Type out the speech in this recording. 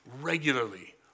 regularly